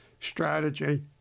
strategy